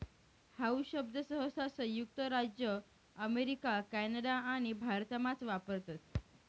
how शब्द सहसा संयुक्त राज्य अमेरिका कॅनडा आणि भारतमाच वापरतस